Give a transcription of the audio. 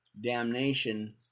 damnation